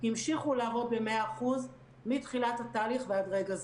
המשיכו לעבוד במאה אחוז מתחילת התהליך ועד רגע זה.